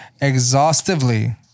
exhaustively